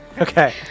Okay